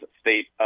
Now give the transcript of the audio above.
state